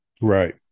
Right